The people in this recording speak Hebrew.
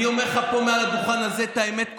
אני אומר לך פה מעל הדוכן הזה את האמת כולה.